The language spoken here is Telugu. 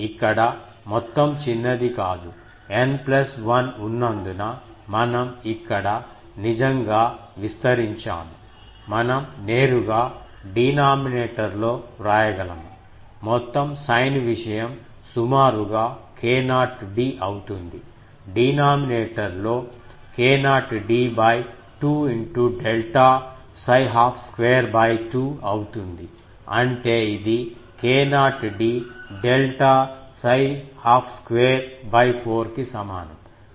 ఇక్కడ మొత్తం చిన్నది కాదు N 1 ఉన్నందున మనం ఇక్కడ నిజంగా విస్తరించాము మనం నేరుగా డినామినేటర్ లో వ్రాయగలము మొత్తం సైన్ విషయం సుమారుగా k0 d అవుతుంది డినామినేటర్ లో k0d 2 డెల్టా 𝜓½2 2 అవుతుంది అంటే ఇది k0 d డెల్టా 𝜓½2 4 కి సమానం